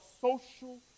social